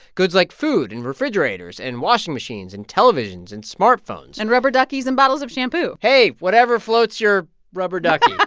goods like food and refrigerators and washing machines and televisions and smartphones and rubber duckies and bottles of shampoo hey, whatever floats your rubber ducky,